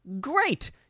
Great